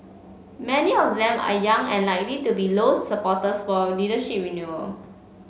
many of them are young and likely to be Low's supporters for leadership renewal